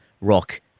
rock